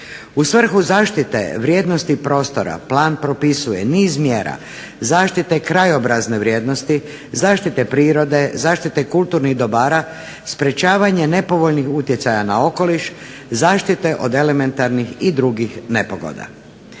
U svrhu zaštite vrijednosti prostora plan propisuje niz mjera zaštite krajobrazne vrijednosti, zaštite prirode, zaštite kulturnih dobara, sprečavanje nepovoljnih utjecaja na okoliš, zaštite od elementarnih i drugih nepogoda.